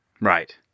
Right